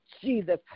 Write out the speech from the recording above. Jesus